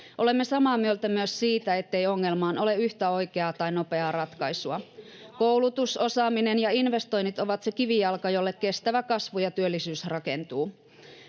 Olemme samaa mieltä myös siitä, ettei ongelmaan ole yhtä oikeaa tai nopeaa ratkaisua. [Sari Sarkomaa: Onko hallitus yksimielinen?] Koulutus, osaaminen ja investoinnit ovat se kivijalka, jolle kestävä kasvu ja työllisyys rakentuvat.